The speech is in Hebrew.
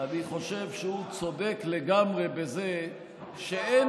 אני חושב שהוא צודק לגמרי בזה שאין